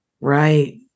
Right